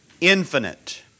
infinite